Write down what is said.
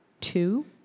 Two